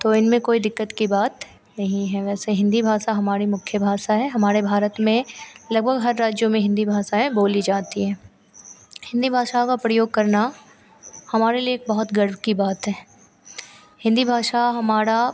तो इनमें कोई दिक्कत की बात नहीं है वैसे हिन्दी भाषा हमारी मुख्य भाषा है हमारे भारत में लगभग हर राज्य में हिन्दी भासा बोली जाती हैं हिन्दी भाषा का प्रयोग करना हमारे लिए एक बहुत गर्व की बात है हिन्दी भाषा हमारी